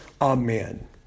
amen